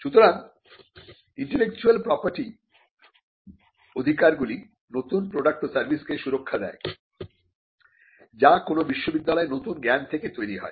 সুতরাং intellectual property র অধিকারগুলি নতুন প্রোডাক্ট ও সার্ভিসেকে সুরক্ষা দেয় যা কোন বিশ্ববিদ্যালয়ে নতুন জ্ঞান থেকে তৈরি হয়